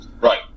Right